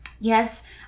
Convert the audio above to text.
Yes